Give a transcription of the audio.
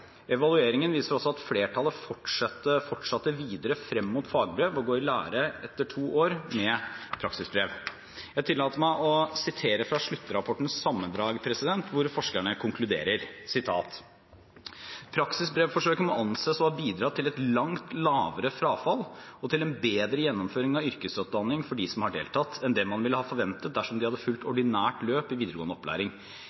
Evalueringen viser også at flertallet fortsatte videre frem mot fagbrev og går i lære etter to år med praksisbrev. Jeg tillater meg å sitere fra sluttrapportens sammendrag, hvor forskerne konkluderer: «Forsøket må slik sett anses å ha bidratt til et langt lavere frafall og til en bedre gjennomføring av yrkesutdanning for de som har deltatt, enn det man ville ha forventet dersom de hadde